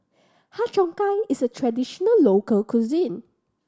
Har Cheong Gai is a traditional local cuisine